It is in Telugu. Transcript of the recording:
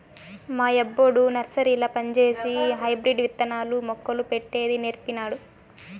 మా యబ్బొడు నర్సరీల పంజేసి హైబ్రిడ్ విత్తనాలు, మొక్కలు పెట్టేది నీర్పినాడు